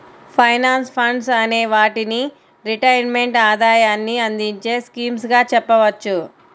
pension funds అనే వాటిని retirement ఆదాయాన్ని అందించే స్కీమ్స్ గా చెప్పవచ్చు